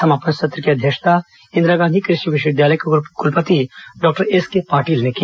सामपन सत्र की अध्यक्षता इंदिरा गांधी कृषि विश्वविद्यालय के कृलपति डॉ एसके पाटील ने की